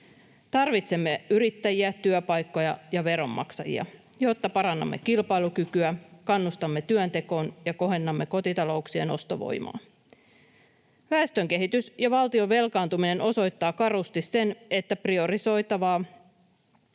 Tarvitsemme yrittäjiä, työpaikkoja ja veronmaksajia, jotta parannamme kilpailukykyä, kannustamme työntekoon ja kohennamme kotitalouksien ostovoimaa. Väestönkehitys ja valtion velkaantuminen osoittavat karusti sen, että priorisoitava